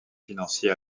financier